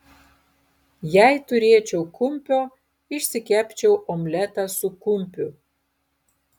jei turėčiau kumpio išsikepčiau omletą su kumpiu